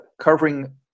covering